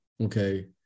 Okay